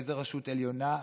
איזו רשות עליונה,